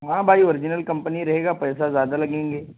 ہاں بھائی original company رہے گا پیسہ زیادہ لگیں گے